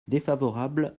défavorable